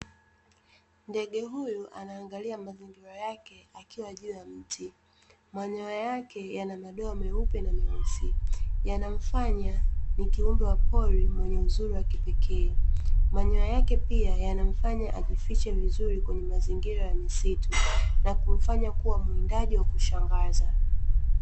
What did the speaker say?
Ndege huyu anangalia mazingira yake akiwa juu ya mtu manyoya yake yana madoa meupe na meusi yanamfanya ni kiumbe wa pori mwenye uzuri wa kipekee . Manyoya yake pia yanamfanya ajifiche vizuri kwenye mazingira ya misitu na kufanya kuwa mwindaji wa kushangaza .